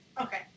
Okay